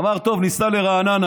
אמר: טוב, ניסע לרעננה,